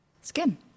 Skin